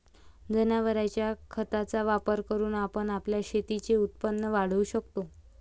जनावरांच्या खताचा वापर करून आपण आपल्या शेतीचे उत्पन्न वाढवू शकतो